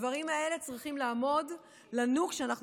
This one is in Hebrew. הדברים האלה צריכים לעמוד לנו כשאנחנו